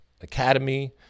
academy